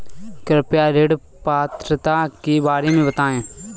कृपया ऋण पात्रता के बारे में बताएँ?